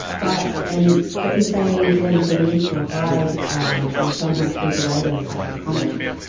but and but if they then delete or hide um or somehow sweep away those types of comments,